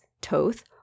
Toth